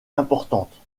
importantes